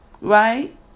Right